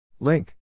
Link